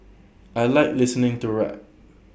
I Like listening to rap